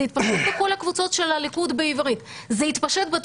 זה התפשט בכל הקבוצות של הליכוד בעברית.